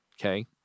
okay